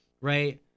right